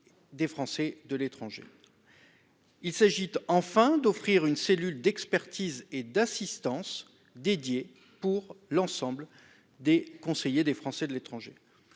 des Français de l'étranger. Enfin, il s'agit d'offrir une cellule d'expertise et d'assistance pour les conseillers des Français de l'étranger.